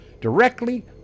directly